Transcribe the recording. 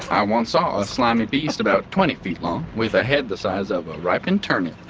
i once saw a slimy beast about twenty feet long with a head the size of a ripened turnip